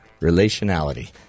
Relationality